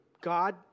God